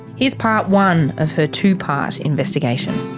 here's part one of her two-part investigation